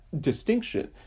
distinction